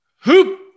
Hoop